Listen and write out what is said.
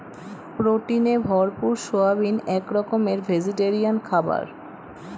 প্রোটিনে ভরপুর সয়াবিন এক রকমের ভেজিটেরিয়ান খাবার